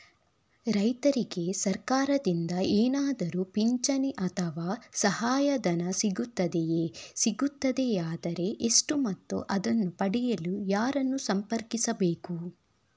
ರೈತರಿಗೆ ಸರಕಾರದಿಂದ ಏನಾದರೂ ಪಿಂಚಣಿ ಅಥವಾ ಸಹಾಯಧನ ಸಿಗುತ್ತದೆಯೇ, ಸಿಗುತ್ತದೆಯಾದರೆ ಎಷ್ಟು ಮತ್ತು ಅದನ್ನು ಪಡೆಯಲು ಯಾರನ್ನು ಸಂಪರ್ಕಿಸಬೇಕು?